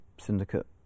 syndicate